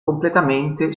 completamente